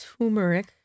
turmeric